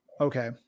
Okay